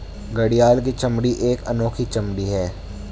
घड़ियाल की चमड़ी एक अनोखी चमड़ी है